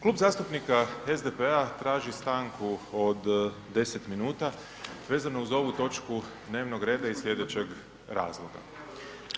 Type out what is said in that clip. Klub zastupnika SDP-a traži stanku od 10 minuta vezano uz ovu točku dnevnog reda iz slijedećeg razloga.